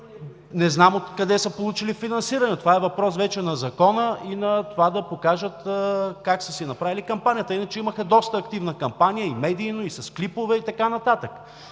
Не знам откъде са получили финансиране – това е въпрос вече на Закона и на това да покажат как са си направили кампанията. Иначе имаха доста активна кампания – и медийно, и с клипове, и така нататък.